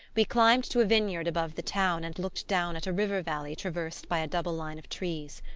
we climbed to a vineyard above the town and looked down at a river valley traversed by a double line of trees.